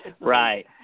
Right